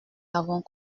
avons